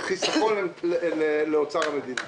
חיסכון לאוצר המדינה.